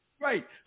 Right